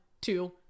two